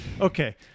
Okay